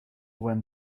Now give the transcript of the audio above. when